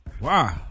Wow